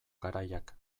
garaiak